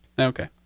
Okay